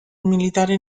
militare